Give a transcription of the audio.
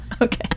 Okay